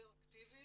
יותר אקטיבי